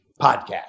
podcast